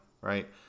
Right